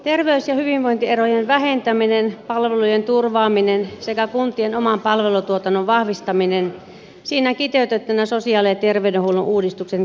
terveys ja hyvinvointierojen vähentäminen palvelujen turvaaminen sekä kuntien oman palvelutuotannon vahvistaminen siinä kiteytettynä sosiaali ja terveydenhuollon uudistuksen keskeiset tavoitteet